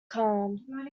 calm